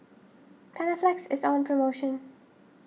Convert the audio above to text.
Panaflex is on promotion